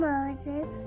Moses